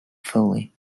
fully